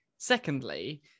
Secondly